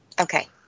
okay